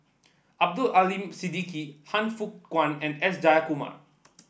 Abdul Aleem Siddique Han Fook Kwang and S Jayakumar